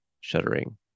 shuddering